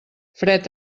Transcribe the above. fred